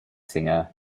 singer